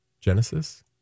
Genesis